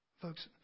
Folks